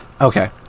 okay